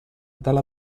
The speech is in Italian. dalla